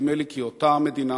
נדמה לי כי אותה מדינה,